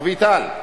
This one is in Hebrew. אביטל,